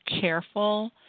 careful